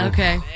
Okay